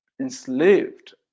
enslaved